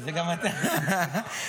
אתה רוצה סולם גנבים?